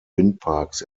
windparks